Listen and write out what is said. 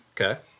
Okay